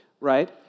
right